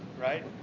Right